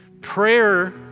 Prayer